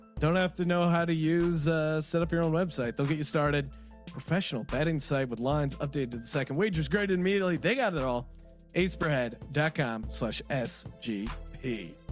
don't have to know how to use set up your own website they'll get you started professional betting site with lines updated second wagers graded immediately they got it all spread dash cam such as g p